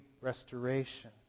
restoration